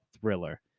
thriller